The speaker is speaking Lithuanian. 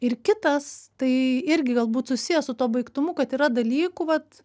ir kitas tai irgi galbūt susiję su tuo baigtumu kad yra dalykų vat